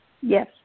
Yes